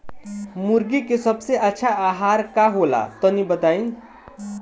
मुर्गी के सबसे अच्छा आहार का होला तनी बताई?